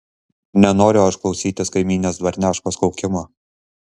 nenoriu aš klausytis kaimynės dvarneškos kaukimo